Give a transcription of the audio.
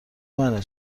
منه